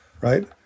right